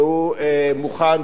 והוא מוכן,